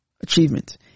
achievement